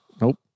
Nope